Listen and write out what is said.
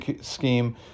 scheme